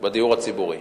בדיור הציבורי.